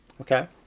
okay